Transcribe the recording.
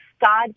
God